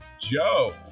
Joe